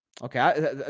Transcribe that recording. Okay